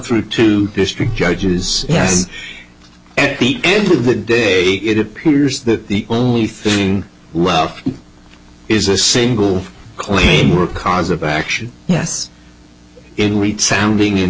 through to district judges yes and at the end of the day it appears that the only thing well is a single claim or a cause of action yes in reach sounding in